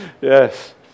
yes